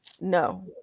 No